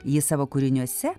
jį savo kūriniuose